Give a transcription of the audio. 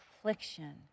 affliction